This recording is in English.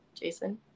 Jason